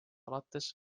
alates